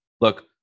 look